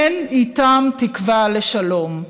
אין איתם תקווה לשלום,